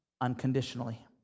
unconditionally